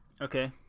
Okay